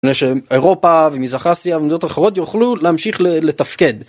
...נשם אירופה ומזרח אסיה ומדינות אחרות יוכלו להמשיך לתפקד.